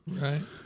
Right